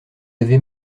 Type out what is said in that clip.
avez